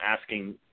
asking